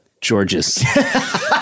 Georges